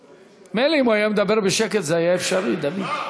מילא אם הוא היה מדבר בשקט, זה היה אפשרי, דוד.